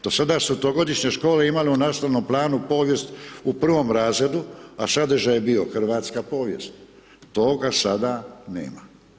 Do sada su trogodišnje škole imale u nastavnom povijest u prvom razredu, a sadržaj je bio hrvatska povijest, toga sada nema.